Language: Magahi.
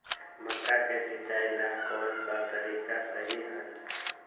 मक्का के सिचाई ला कौन सा तरीका सही है?